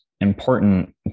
important